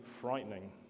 frightening